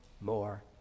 more